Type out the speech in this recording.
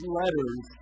letters